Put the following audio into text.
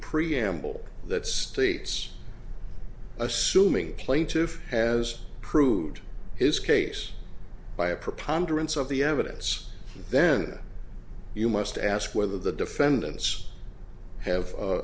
preamble that states assuming plaintiff has proved his case by a preponderance of the evidence then you must ask whether the defendants have